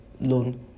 loan